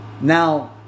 Now